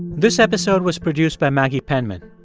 this episode was produced by maggie penman.